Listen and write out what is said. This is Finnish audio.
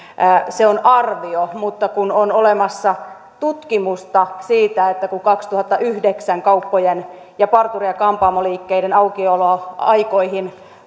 se on arvio mutta on olemassa tutkimusta siitä kun kaksituhattayhdeksän kauppojen ja parturi ja kampaamoliikkeiden aukioloaikoihin